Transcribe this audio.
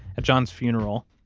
at john's funeral,